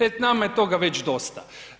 E nama je toga već dosta.